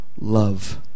love